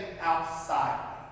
outside